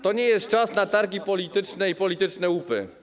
To nie jest czas na targi polityczne i polityczne łupy.